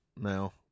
now